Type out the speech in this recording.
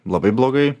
labai blogai